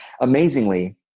amazingly